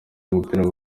w’umupira